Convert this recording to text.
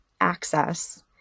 access